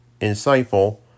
insightful